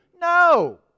No